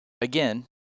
Again